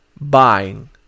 Buying